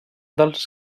dels